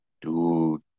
dude